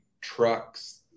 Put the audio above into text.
trucks